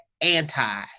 anti